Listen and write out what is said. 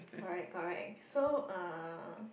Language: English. correct correct so uh